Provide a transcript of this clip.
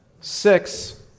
six